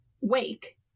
wake